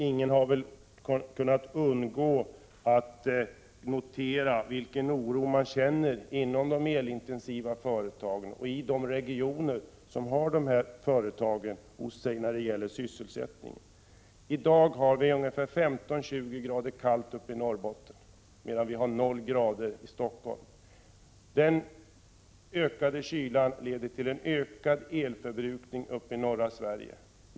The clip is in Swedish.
Ingen har väl kunnat undgå att notera vilken oro man känner inom de elintensiva företagen och i de regioner som har dessa företag. I dag har vi 15—20? kallt i Norrbotten, medan det är 0” i Stockholm. Den ökade kylan leder till en ökad elförbrukning i norra Sverige.